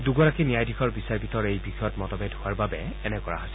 দূগৰাকী ন্যায়াধীশৰ বিচাৰপীঠৰ এই বিষয়ত মতভেদ হোৱাৰ বাবে এনে কৰা হৈছে